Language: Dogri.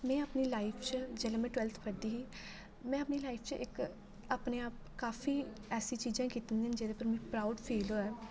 में अपनी लाइफ च जेल्लै मैं टवेल्थ पढ़दी ही मैं अपनी लाइफ च इक अपने आप काफी ऐसी चीज़ां कीती दियां न जेह्दे उप्पर मिगी प्राउड फील होऐ